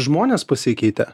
žmonės pasikeitė